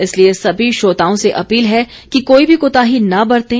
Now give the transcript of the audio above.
इसलिए सभी श्रोताओं से अपील है कि कोई भी कोताही न बरतें